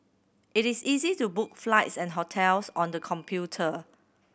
it is easy to book flights and hotels on the computer